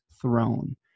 throne